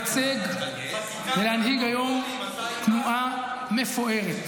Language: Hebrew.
אני גאה לייצג ולהנהיג היום תנועה מפוארת,